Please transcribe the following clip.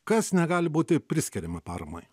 kas negali būti priskiriama paramai